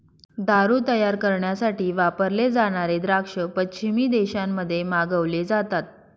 दारू तयार करण्यासाठी वापरले जाणारे द्राक्ष पश्चिमी देशांमध्ये मागवले जातात